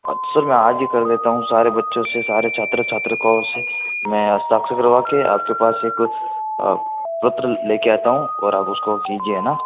sir मैं आज ही कर देता हूँ सारे बच्चों से सारे छात्र छात्रिकाओं से मैं हस्ताक्षर करवा के आप के पास एक पत्र ले कर आता हूँ और आप उसको कीजिए ना